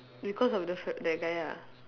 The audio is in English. because of the fa~ that guy ah